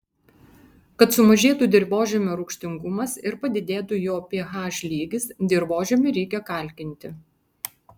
kad sumažėtų dirvožemio rūgštingumas ir padidėtų jo ph lygis dirvožemį reikia kalkinti